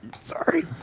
Sorry